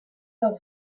del